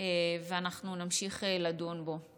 ואנחנו נמשיך לדון בו.